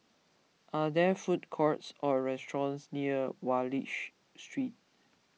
are there food courts or restaurants near Wallich Street